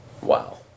Wow